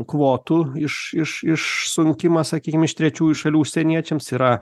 kvotų iš iš išsunkimą sakykim iš trečiųjų šalių užsieniečiams yra